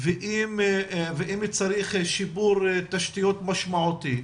ואם צריך שיפור תשתיות משמעותי,